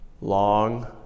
Long